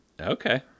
Okay